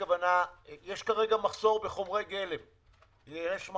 יש כרגע מחסור בחומרי גלם לתשתיות,